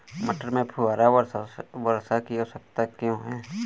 मटर में फुहारा वर्षा की आवश्यकता क्यो है?